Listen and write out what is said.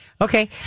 Okay